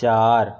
চার